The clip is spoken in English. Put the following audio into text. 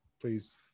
please